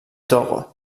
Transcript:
togo